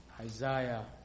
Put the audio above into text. Isaiah